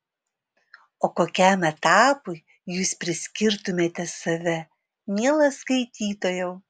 o kokiam etapui jūs priskirtumėte save mielas skaitytojau